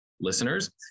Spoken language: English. listeners